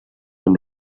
amb